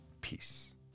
peace